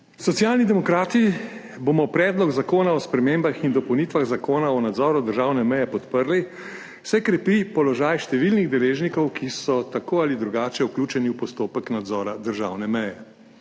Socialni demokrati bomo Predlog zakona o spremembah in dopolnitvah Zakona o nadzoru državne meje podprli, saj krepi položaj številnih deležnikov, ki so tako ali drugače vključeni v postopek nadzora državne meje.